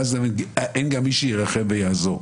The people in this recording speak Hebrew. ואז אין גם מי שירחם ויעזור.